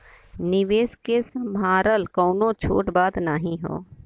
निवेस के सम्हारल कउनो छोट बात नाही हौ